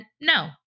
no